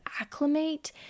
acclimate